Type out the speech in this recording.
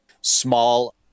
small